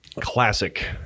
Classic